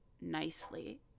nicely